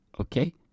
okay